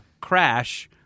Crash